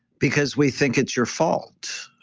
because we think it's your fault.